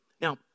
Now